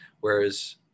Whereas